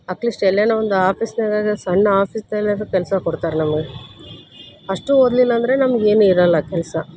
at least ಎಲ್ಲೆಲ್ಲೋ ಒಂದು ಆಫೀಸ್ನೊಳಗೆ ಸಣ್ಣ ಆಫೀಸ್ದಲ್ಲಾದ್ರೂ ಕೆಲಸ ಕೊಡ್ತಾರೆ ನಮಗೆ ಅಷ್ಟೂ ಓದಲಿಲ್ಲಾಂದ್ರೆ ನಮ್ಗೆ ಏನೂ ಇರೋಲ್ಲ ಕೆಲಸ